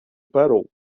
parou